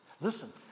Listen